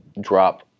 drop